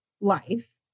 life